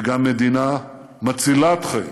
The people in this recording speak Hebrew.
היא גם מדינה מצילת חיים.